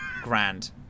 Grand